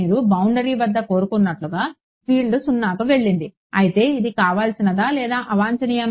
మీరు బౌండరీ వద్ద కోరుకున్నట్లుగా ఫీల్డ్ 0కి వెళ్లింది అయితే ఇది కావాల్సినదా లేదా అవాంఛనీయమా